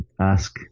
ask